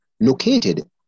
located